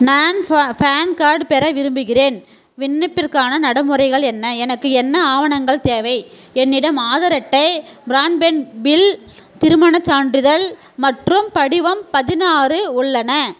நான் பே PAN card பெற விரும்புகிறேன் விண்ணப்பிற்கான நடைமுறைகள் என்ன எனக்கு என்ன ஆவணங்கள் தேவை என்னிடம் ஆதார் அட்டை ப்ராண்ட்பேண்ட் பில் திருமணச் சான்றிதழ் மற்றும் படிவம் பதினாறு உள்ளன